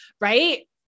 right